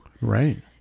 Right